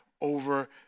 over